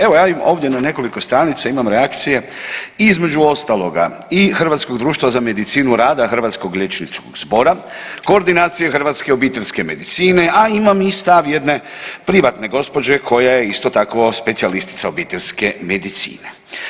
Evo, ja ovdje na nekoliko stranica imam reakcija i između ostaloga, i Hrvatskog društva za medicinu rada Hrvatskog liječničkog zbora, Koordinacije hrvatske obiteljske medicine, a imam i stav jedne privatne gospođe koja je isto tako specijalistica obiteljske medicine.